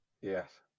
Yes